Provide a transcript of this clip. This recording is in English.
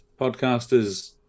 podcasters